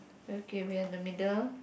okay we are in the middle